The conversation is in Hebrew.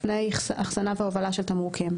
תנאי אחסנה והובלה של תמרוקים.